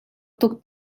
tuk